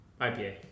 IPA